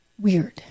Weird